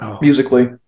musically